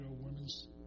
Women's